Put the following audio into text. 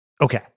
Okay